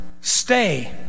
stay